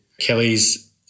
Kelly's